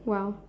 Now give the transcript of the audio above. !wow!